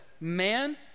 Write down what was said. Man